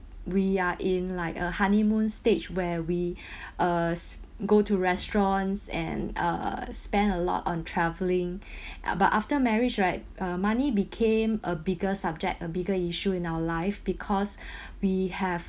we are in like a honeymoon stage where we uh go to restaurants and uh spend a lot on traveling uh but after marriage right uh money became a bigger subject a bigger issue in our life because we have